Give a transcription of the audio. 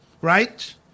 right